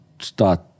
start